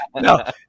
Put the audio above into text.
No